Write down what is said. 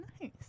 nice